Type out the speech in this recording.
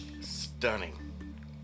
Stunning